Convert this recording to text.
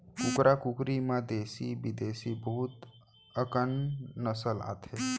कुकरा कुकरी म देसी बिदेसी बहुत अकन नसल आथे